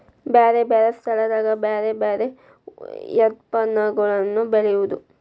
ಬ್ಯಾರೆ ಬ್ಯಾರೆ ಸ್ಥಳದಾಗ ಬ್ಯಾರೆ ಬ್ಯಾರೆ ಯತ್ಪನ್ನಗಳನ್ನ ಬೆಳೆಯುದು